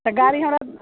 तऽ गाड़ी हमरा